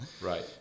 right